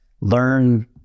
learn